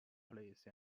police